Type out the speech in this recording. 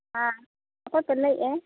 ᱦᱮᱸ ᱚᱠᱚᱭᱯᱮ ᱞᱟᱹᱭᱮᱫᱼᱟ